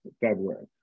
February